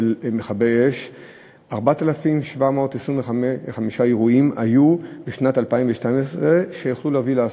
היו בשנת 2012 4,725 אירועים שהיו יכולים להביא לאסונות.